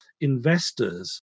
investors